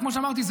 וכמו שאמרתי,